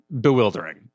Bewildering